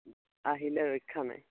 আহিলে ৰক্ষা নাই